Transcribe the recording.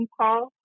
call